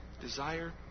Desire